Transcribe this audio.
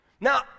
Now